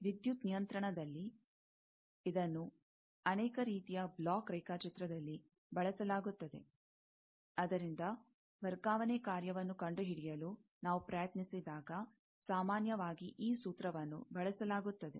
ವಿದ್ಯುತ್ ನಿಯಂತ್ರಣದಲ್ಲಿ ಇದನ್ನು ಅನೇಕ ರೀತಿಯ ಬ್ಲಾಕ್ ರೇಖಾಚಿತ್ರದಲ್ಲಿ ಬಳಸಲಾಗುತ್ತದೆ ಅದರಿಂದ ವರ್ಗಾವಣೆ ಕಾರ್ಯವನ್ನು ಕಂಡುಹಿಡಿಯಲು ನಾವು ಪ್ರಯತ್ನಿಸಿದಾಗ ಸಾಮಾನ್ಯವಾಗಿ ಈ ಸೂತ್ರವನ್ನು ಬಳಸಲಾಗುತ್ತದೆ